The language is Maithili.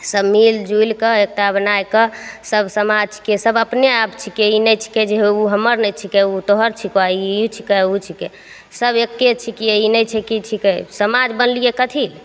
सभ मिलिजुलिके एकता बनैके सब समाजके सभ अपने आप छिकै ई नहि छिकै जे ओ हमर नहि छिकै ओ तोहर छिकौ ई ई छिकै ओ ओ छिकै सब एक्के किए ई नहि छै कि के छिकै समाज बनलैए कथी ले